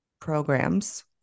programs